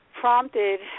prompted